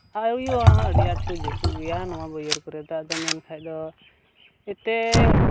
ᱟᱨ ᱦᱩᱭᱩᱜᱼᱟ ᱚᱱᱟ ᱦᱚᱸ ᱟᱹᱰᱤ ᱟᱸᱴ ᱠᱚ ᱡᱟᱸᱠᱚ ᱜᱮᱭᱟ ᱱᱚᱣᱟ ᱵᱟᱹᱭᱦᱟᱹᱲ ᱠᱚᱨᱮ ᱫᱚ ᱟᱫᱚ ᱢᱮᱱᱠᱷᱟᱱ ᱫᱚ ᱡᱮᱛᱮ